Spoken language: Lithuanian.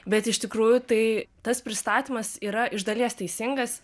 bet iš tikrųjų tai tas pristatymas yra iš dalies teisingas